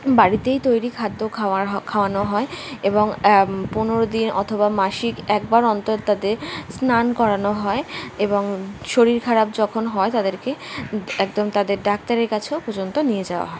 বাড়িতেই তৈরি খাদ্য খাওয়ার হ খাওয়ানো হয় এবং পনেরো দিন অথবা মাসিক একবার অন্তর তাদের স্নান করানো হয় এবং শরীর খারাপ যখন হয় তাদেরকে একদম তাদের ডাক্তারের কাছেও পর্যন্ত নিয়ে যাওয়া হয়